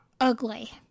ugly